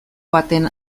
baten